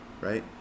right